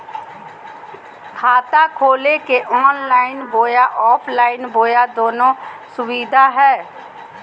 खाता खोले के ऑनलाइन बोया ऑफलाइन बोया दोनो सुविधा है?